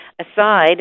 aside